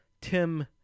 Tim